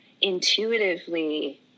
intuitively